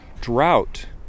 drought